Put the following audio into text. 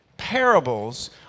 parables